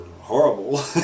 horrible